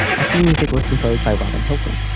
our theme music was composed by robin hilton.